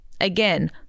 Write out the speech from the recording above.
again